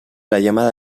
llamada